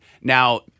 Now